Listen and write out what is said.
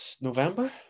November